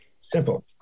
simple